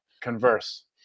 converse